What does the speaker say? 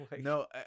No